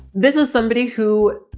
this is somebody who